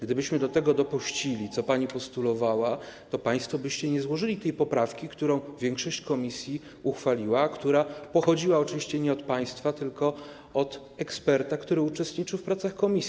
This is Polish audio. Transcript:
Gdybyśmy dopuścili do tego, co pani postulowała, to państwo byście nie złożyli tej poprawki, którą większość komisji przyjęła, a która pochodziła oczywiście nie od państwa, tylko od eksperta, który uczestniczył w pracach komisji.